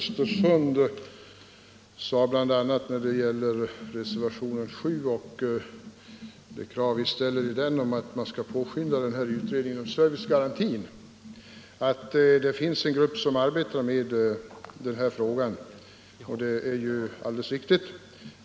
Herr talman! När det gäller reservationen 7 och kravet att man skall påskynda utredningen angående servicegarantin sade herr Nilsson i Östersund att arbetsgruppen sysslar med den frågan. Det är alldeles riktigt.